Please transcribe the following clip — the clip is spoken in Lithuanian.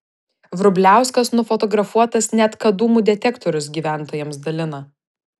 vrubliauskas nufotografuotas net kad dūmų detektorius gyventojams dalina